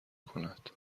کند